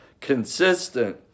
consistent